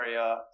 area